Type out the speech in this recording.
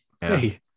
Hey